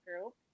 Group